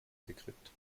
gekriegt